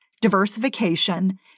diversification